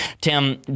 Tim